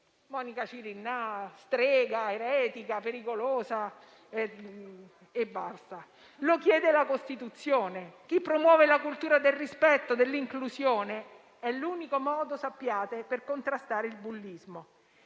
Monica Cirinnà, strega, eretica e pericolosa; lo chiede la Costituzione che promuove la cultura del rispetto e dell'inclusione, unico modo per contrastare il bullismo.